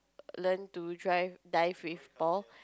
learn to drive dive with Paul